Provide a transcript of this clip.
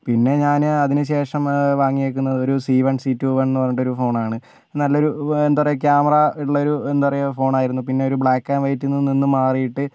പിന്നെ ഞാൻ അതിനുശേഷം വാങ്ങിയിരിക്കുന്നത് ഒരു C one C two one എന്ന് പറഞ്ഞിട്ട് ഒരു ഫോണാണ് നല്ലൊരു എന്താ പറയുക ക്യാമറയുള്ളൊരു എന്താ പറയുക ഫോൺ ആയിരുന്നു ബ്ലാക്ക് ആൻഡ് വൈറ്റിൽ നിന്നും മാറിയിട്ട്